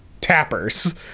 Tappers